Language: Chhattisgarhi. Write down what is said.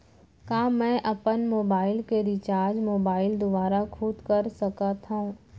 का मैं अपन मोबाइल के रिचार्ज मोबाइल दुवारा खुद कर सकत हव?